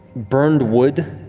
burned wood,